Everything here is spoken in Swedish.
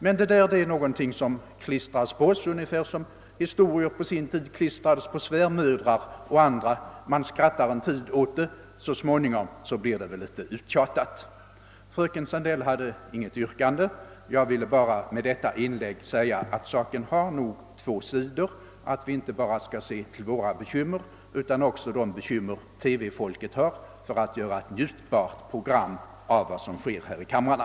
Men det är något som klistras på oss ungefär som historier om svärmödrar på sin tid klistrades på dem — man skrattar en tid åt det men så småningom blir det väl litet uttjatat. Fröken Sandell ställde inget yrkande. Jag har med detta inlägg bara velat säga att saken nog har två sidor och att vi inte bara skall se på våra bekymmer utan också på TV-reportrarnas bekymmer att göra njutbara program av vad som händer här i kamrarna.